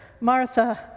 Martha